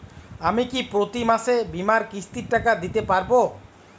আমি কি প্রতি মাসে বীমার কিস্তির টাকা দিতে পারবো?